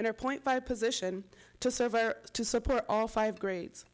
and her point by a position to serve to support all five grades